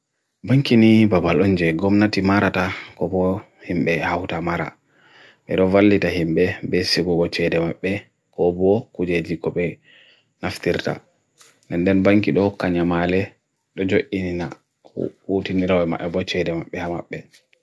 banki ni babal unje gom nati marata gobo himbe hauta mara me roval ita himbe besi gobo chehde mbe gobo kuje jiko be naftirta nden banki do kanyamale do jo inina kutin nirawima ebo chehde mbe hamabbe